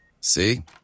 See